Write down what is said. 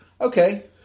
Okay